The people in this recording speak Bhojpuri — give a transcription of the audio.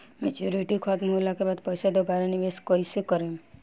मेचूरिटि खतम होला के बाद पईसा दोबारा निवेश कइसे करेम?